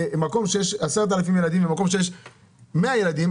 מקום שיש 10,000 ילדים ומקום שיש 100 ילדים,